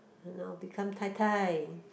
now become Tai Tai